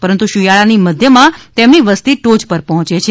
પરંતુ શિયાળાની મધ્યમાં તેમની વસ્તી ટોચ પર પહોંચે છે